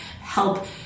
help